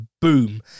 Boom